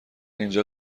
اینجا